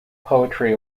poetry